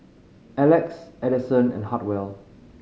Alex Adison and Hartwell